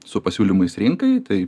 su pasiūlymais rinkai tai